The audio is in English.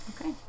Okay